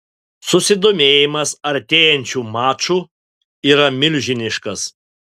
susidomėjimas artėjančiu maču yra milžiniškas